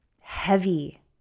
heavy